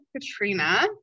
Katrina